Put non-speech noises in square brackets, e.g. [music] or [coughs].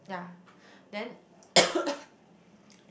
yeah then [coughs] like they